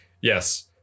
Yes